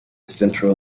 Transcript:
central